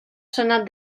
senat